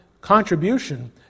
contribution